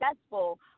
successful